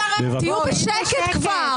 תהיו בשקט כבר.